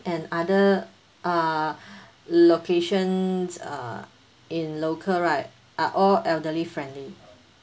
and other uh locations uh in local right are all elderly friendly